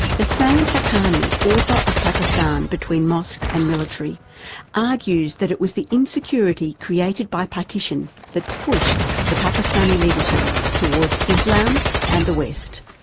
hussain haqqani, author of pakistan between mosque and military argues that it was the insecurity created by partition that pushed the pakistani leadership towards islam and the west.